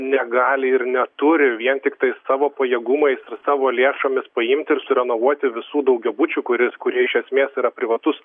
negali ir neturi vien tiktai savo pajėgumais ir savo lėšomis paimti ir surenovuoti visų daugiabučių kuris kurie iš esmės yra privatus